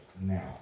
now